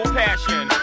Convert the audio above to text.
passion